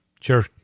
Sure